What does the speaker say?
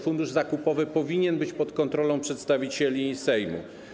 Fundusz zakupowy powinien być pod kontrolą przedstawicieli Sejmu.